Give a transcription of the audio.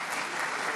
(מחיאות